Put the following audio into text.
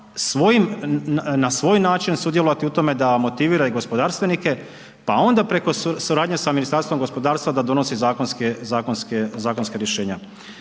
na svoj način sudjelovati u tome da motivira i gospodarstvenike pa onda preko suradnje sa Ministarstvom gospodarstva da donosi zakonske rješenja.